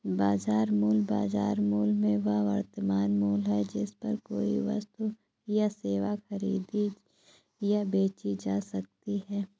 बाजार मूल्य, बाजार मूल्य में वह वर्तमान मूल्य है जिस पर कोई वस्तु या सेवा खरीदी या बेची जा सकती है